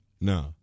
No